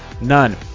none